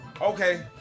Okay